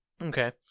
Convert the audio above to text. Okay